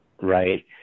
right